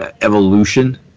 evolution